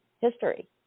history